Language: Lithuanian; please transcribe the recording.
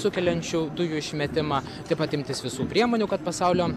sukeliančių dujų išmetimą taip pat imtis visų priemonių kad pasaulio